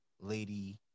Lady